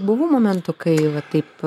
buvo momentų kai va taip